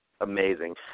amazing